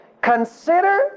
consider